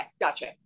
gotcha